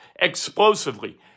explosively